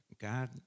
God